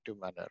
manner